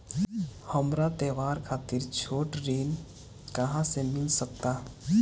हमरा त्योहार खातिर छोट ऋण कहाँ से मिल सकता?